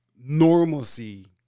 normalcy